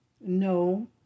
no